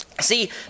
See